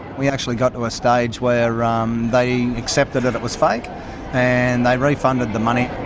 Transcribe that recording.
we actually got to a stage where um they accepted that it was fake and they refunded the money.